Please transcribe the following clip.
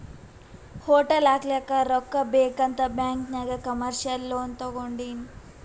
hotel ಹಾಕ್ಲಕ್ ರೊಕ್ಕಾ ಬೇಕ್ ಅಂತ್ ಬ್ಯಾಂಕ್ ನಾಗ್ ಕಮರ್ಶಿಯಲ್ ಲೋನ್ ತೊಂಡಿನಿ